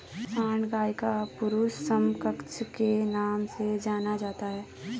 सांड गाय का पुरुष समकक्ष के नाम से जाना जाता है